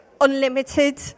unlimited